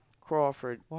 Crawford